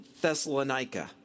Thessalonica